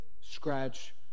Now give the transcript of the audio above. scratch